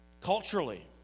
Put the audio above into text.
Culturally